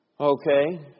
Okay